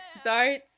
starts